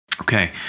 Okay